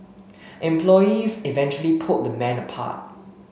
employees eventually pulled the men apart